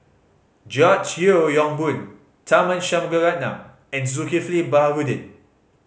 George Yeo Yong Boon Tharman Shanmugaratnam and Zulkifli Baharudin